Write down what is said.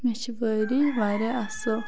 مےٚ چھِ وٲری واریاہ اصل